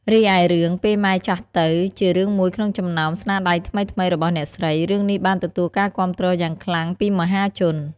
រីឯ រឿង ពេលម៉ែចាស់ទៅ ជារឿងមួយក្នុងចំណោមស្នាដៃថ្មីៗរបស់អ្នកស្រី រឿងនេះបានទទួលការគាំទ្រយ៉ាងខ្លាំងពីមហាជន។